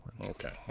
Okay